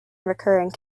recurring